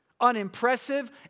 unimpressive